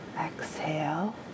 exhale